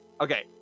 okay